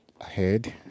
ahead